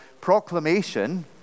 proclamation